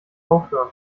aufhören